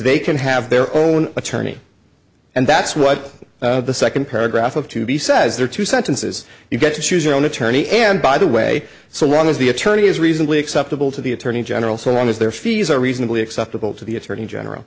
they can have their own attorney and that's what the second paragraph of to be says there are two sentences you get to choose your own attorney and by the way so long as the attorney is reasonably acceptable to the attorney general so long as their fees are reasonably acceptable to the attorney general